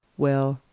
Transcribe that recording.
well,